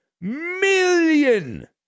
million